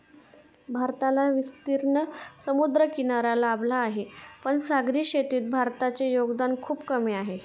भारताला विस्तीर्ण समुद्रकिनारा लाभला आहे, पण सागरी शेतीत भारताचे योगदान खूप कमी आहे